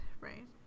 right